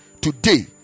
today